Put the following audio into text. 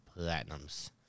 platinums